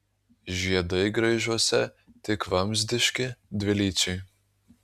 žiedai graižuose tik vamzdiški dvilyčiai